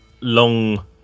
long